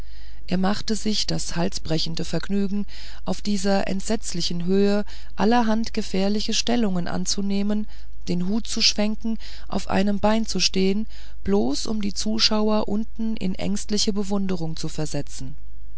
er machte sich das halsbrechende vergnügen auf dieser entsetzlichen höhe allerhand gefährliche stellungen anzunehmen den hut zu schwenken auf einem beine zu stehen bloß um die zuschauer unten in ängstliche bewunderung zu versetzen